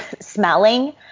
smelling